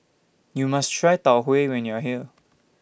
YOU must Try Tau Huay when YOU Are here